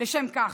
לשם כך.